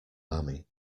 army